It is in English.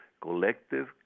collective